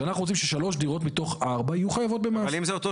כשאנחנו רוצים ששלוש מתוך ארבע, יהיו חייבות במס.